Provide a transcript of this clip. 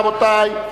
רבותי,